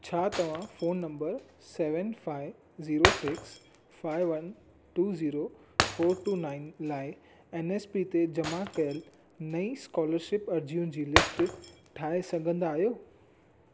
छा तव्हां phone number seven five zero six five one two zero four two nine लाइ N S P ते जमा कयल नईं स्कोलरशिप अर्ज़ियुनि जी लिस्ट ठाहे सघंदा आयो